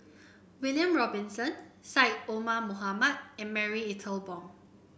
William Robinson Syed Omar Mohamed and Marie Ethel Bong